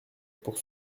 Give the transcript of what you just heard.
pour